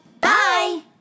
Bye